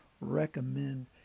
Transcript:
recommend